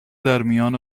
درمیان